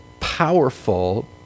powerful